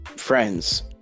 Friends